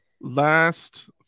last